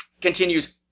continues